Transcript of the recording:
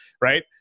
Right